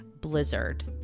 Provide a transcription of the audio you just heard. blizzard